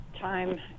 time